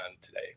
today